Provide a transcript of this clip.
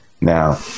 Now